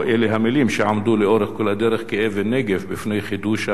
או אלה המלים שעמדו לאורך כל הדרך כאבן נגף בפני חידוש המשא-ומתן.